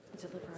Deliver